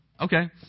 okay